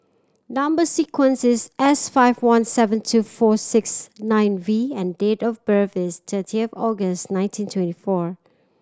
number sequence is S five one seven two four six nine V and date of birth is thirty of August nineteen twenty four